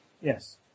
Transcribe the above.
Yes